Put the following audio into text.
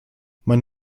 mein